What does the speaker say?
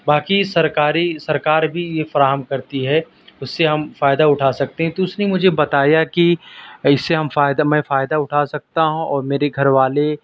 باقی سرکاری سرکار بھی یہ فراہم کرتی ہے اس سے ہم فائدہ اٹھا سکتے ہیں تو اس نے مجھے بتایا کہ اس سے ہم فائدہ میں فائدہ اٹھا سکتا ہوں اور میرے گھر والے